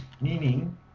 meaning